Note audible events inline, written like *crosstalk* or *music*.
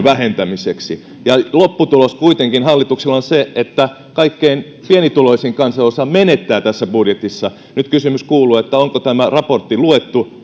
*unintelligible* vähentämiseksi lopputulos kuitenkin hallituksella on se että kaikkein pienituloisin kansanosa menettää tässä budjetissa nyt kysymys kuuluu onko tämä raportti luettu *unintelligible*